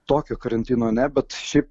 tokio karantino ne bet šiaip